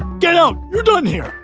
get out! you're done here.